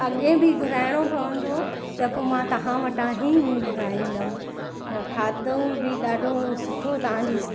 अॻिए बि घुराइणो पवंदो त पोइ मां तव्हां वटा ई घुराईंदमि त खाधो बि ॾाढो सुठो तव्हांजी